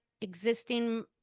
existing